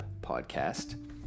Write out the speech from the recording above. Podcast